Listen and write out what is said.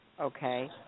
okay